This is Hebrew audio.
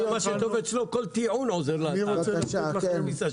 אצלו כל טיעון עוזר ל- -- סגן שר במשרד ראש הממשלה